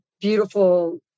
beautiful